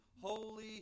Holy